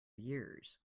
years